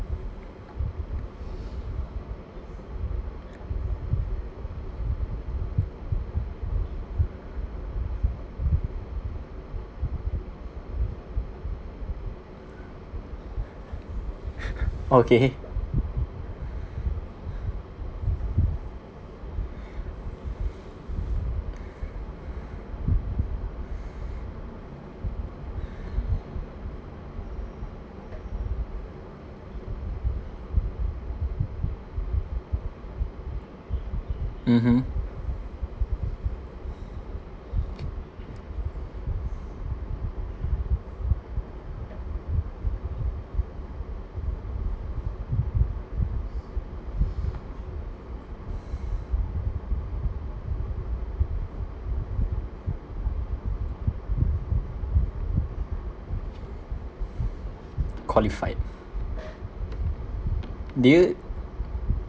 okay mmhmm qualified did you